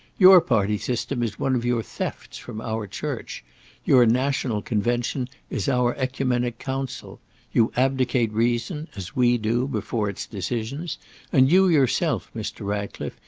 your party system is one of your thefts from our church your national convention is our oecumenic council you abdicate reason, as we do, before its decisions and you yourself, mr. ratcliffe,